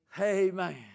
Amen